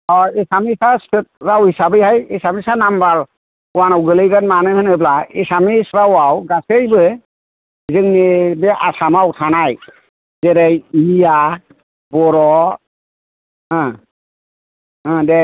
अ एसामिसा स्टेट राव हिसाबैहाय एसामिसा नाम्बार वानआव गोलैगोन मानो होनोब्ला एसामिस रावआव गासैबो जोंनि बे आसामाव थानाय जेरै मिया बर' दे